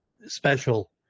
special